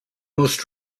most